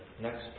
next